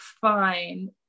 fine